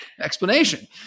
explanation